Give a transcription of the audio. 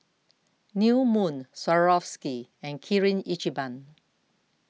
New Moon Swarovski and Kirin Ichiban